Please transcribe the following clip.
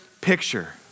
picture